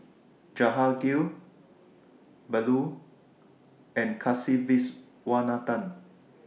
Jehangirr Bellur and Kasiviswanathan